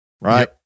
right